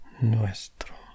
nuestro